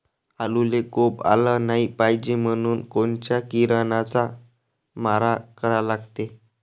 आलूले कोंब आलं नाई पायजे म्हनून कोनच्या किरनाचा मारा करा लागते?